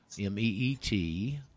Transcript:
M-E-E-T